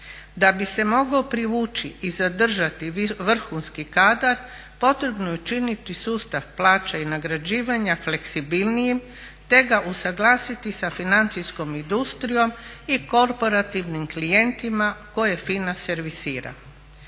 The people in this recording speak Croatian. Da bi se mogao privući i zadržati vrhunski kadar potrebno je učiniti sustav plaća i nagrađivanja fleksibilnijim, te ga usuglasiti sa financijskom industrijom i korporativnim klijentima koje FINA servisira.